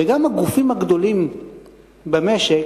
וגם הגופים הגדולים במשק.